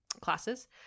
classes